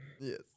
Yes